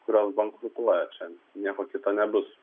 kurios bankrutuoja čia nieko kito nebus